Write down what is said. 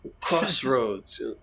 Crossroads